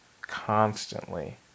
constantly